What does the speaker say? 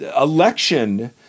election